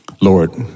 Lord